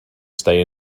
stay